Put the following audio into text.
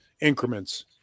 increments